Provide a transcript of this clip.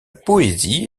poésie